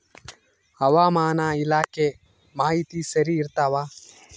ಹವಾಮಾನ ಇಲಾಖೆ ಮಾಹಿತಿ ಸರಿ ಇರ್ತವ?